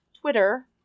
Twitter